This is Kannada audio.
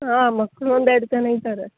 ಹಾಂ ಮಕ್ಕಳು ಒಂದು ಎರಡು ಜನ ಇದ್ದಾರೆ